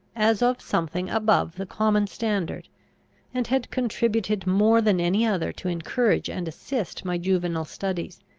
as of something above the common standard and had contributed more than any other to encourage and assist my juvenile studies.